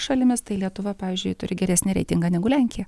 šalimis tai lietuva pavyzdžiui turi geresnį reitingą negu lenkija